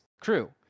crew